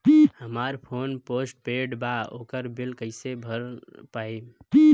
हमार phone postpaid बा ओकर बिल कईसे भर पाएम?